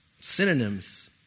Synonyms